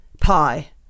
pie